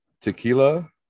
Tequila